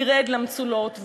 ירד למצולות.